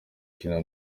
kina